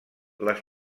les